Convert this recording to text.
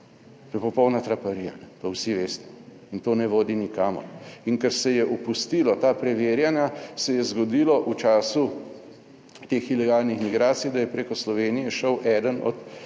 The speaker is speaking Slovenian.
To je popolna traparija, to vsi veste in to ne vodi nikamor. In ker se je opustilo ta preverjanja, se je zgodilo v času teh ilegalnih migracij, da je preko Slovenije šel eden od